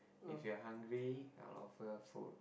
if you're hungry I'll offer food